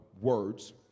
Words